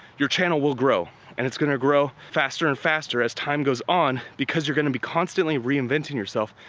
your channel will grow and it's gonna grow faster and faster as time goes on because you're gonna be constantly reinventing yourself,